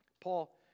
Paul